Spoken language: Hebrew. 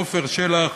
עפר שלח,